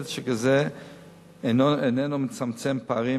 מדד שכזה איננו מצמצם פערים.